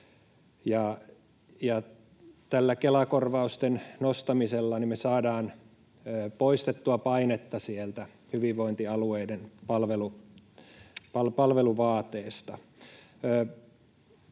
Tällä Kela-korvausten nostamisella me saadaan poistettua painetta hyvinvointialueiden palveluvaateesta.